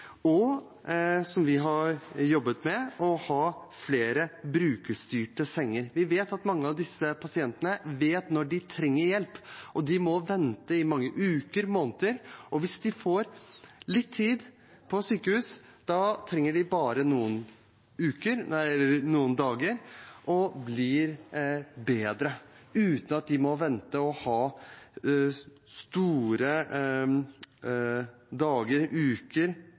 og at de vil støtte noe annet som vi har jobbet med: å ha flere brukerstyrte senger. Vi vet at mange av disse pasientene vet når de trenger hjelp, og de må vente i mange uker, måneder. Hvis de får litt tid på sykehus, trenger de bare noen dager og blir bedre, uten at de må vente og ha mange dager og uker